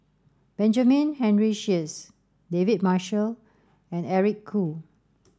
Benjamin Henry Sheares David Marshall and Eric Khoo